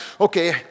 okay